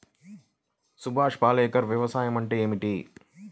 సుభాష్ పాలేకర్ వ్యవసాయం అంటే ఏమిటీ?